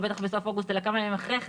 בסוף אוגוסט אלא כמה ימים אחרי כן,